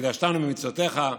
וקידשתנו במצוותיך,